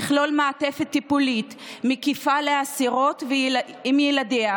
שתכלול מעטפת טיפולית מקיפה לאסירות עם ילדיהן,